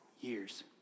years